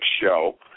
Show